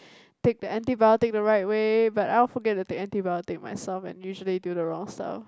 take the antibiotic the right way but I will forget to take antibiotic myself and usually do the wrong stuff